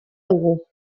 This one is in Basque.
dugu